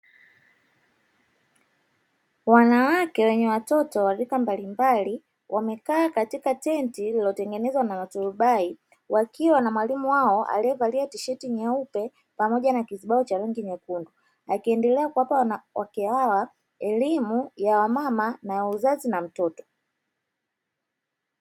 Wanawake wenye watoto wa rika mbalimbali, wamekaa katika tenti lililotengenezwa na turubai, wakiwa na mwalimu wao aliyevalia tisheti nyeupe pamoja na kizibao cha rangi nyekundu, akiendelea kuwapa wanawake hawa elimu ya wamama na ya uzazi na mtoto.